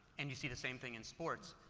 and you see the same thing in sports.